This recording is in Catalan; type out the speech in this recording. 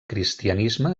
cristianisme